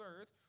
earth